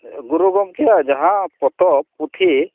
ᱜᱩᱨᱩ ᱜᱚᱝᱠᱮᱭᱟᱜ ᱡᱟᱦᱟᱸ ᱯᱚᱛᱚᱵᱽ ᱯᱩᱛᱷᱤ